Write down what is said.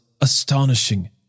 astonishing